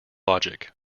logic